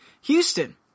Houston